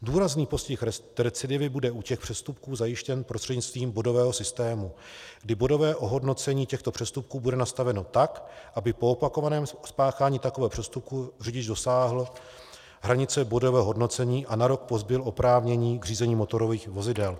Důrazný postih recidivy bude u těch přestupků zajištěn prostřednictvím bodového systému, kdy bodové ohodnocení těchto přestupků bude nastaveno tak, aby po opakovaném spáchání takového přestupku řidič dosáhl hranice bodového hodnocení a na rok pozbyl oprávnění k řízení motorových vozidel.